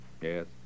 Yes